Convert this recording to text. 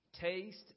Taste